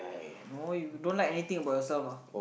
no you don't like anything about yourself lah